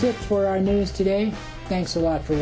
it for our news today thanks a lot for